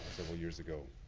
several years ago.